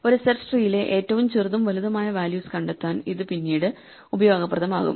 ഒരു സെർച്ച് ട്രീയിലെ ഏറ്റവും ചെറുതും വലുതുമായ വാല്യൂസ് കണ്ടെത്താൻ ഇത് പിന്നീട് ഉപയോഗപ്രദമാകും